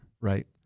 Right